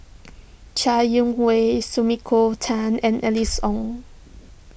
Chai Yee Wei Sumiko Tan and Alice Ong